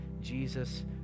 Jesus